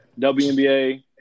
WNBA –